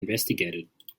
investigated